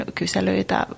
kyselyitä